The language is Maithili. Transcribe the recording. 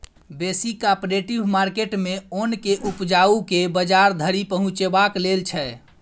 बेसी कॉपरेटिव मार्केट मे ओन केँ उपजाए केँ बजार धरि पहुँचेबाक लेल छै